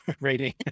rating